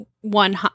one